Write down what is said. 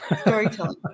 storytelling